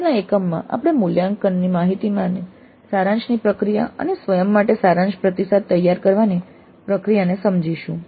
આગળના એકમમાં આપણે તમામ મૂલ્યાંકનમાંથી માહિતીના સારાંશની પ્રક્રિયા અને સ્વયં માટે સારાંશ પ્રતિસાદ તૈયાર કરવાની પ્રક્રિયાને સમજીશું